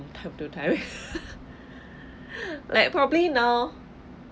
time to time like probably now